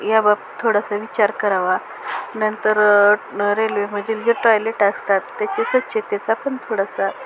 ह्या बाब थोडासा विचार करावा नंतर रेल्वेमधील जे टॉयलेट असतात त्याची स्वच्छतेचा पण थोडासा